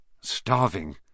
Starving